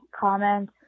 comment